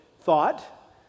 thought